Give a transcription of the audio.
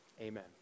Amen